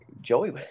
Joey